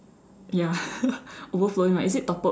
ya overflowing right is it toppled